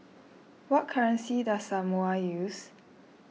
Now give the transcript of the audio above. what currency does Samoa use